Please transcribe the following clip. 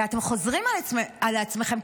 ואתם חוזרים על עצמכם,